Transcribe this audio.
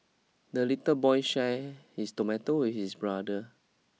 the little boy share his tomato with his brother